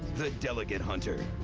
the delegate hunter.